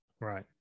Right